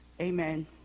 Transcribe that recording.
Amen